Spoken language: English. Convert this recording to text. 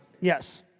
Yes